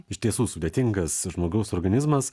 iš tiesų sudėtingas žmogaus organizmas